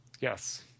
Yes